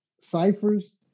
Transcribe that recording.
ciphers